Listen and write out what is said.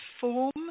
form